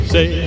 Say